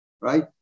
right